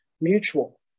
mutual